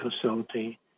facility